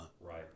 Right